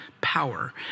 power